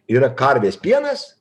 yra karvės pienas